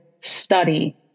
study